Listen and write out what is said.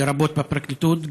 לרבות בפרקליטות.